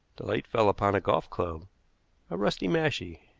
the light fell upon a golf club a rusty mashie.